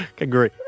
Agree